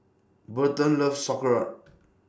Burton loves Sauerkraut